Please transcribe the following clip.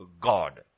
God